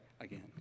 again